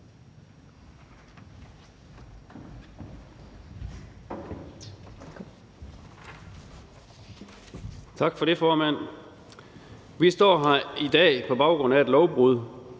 Tak for det, formand. Vi står her i dag på baggrund af et lovbrud.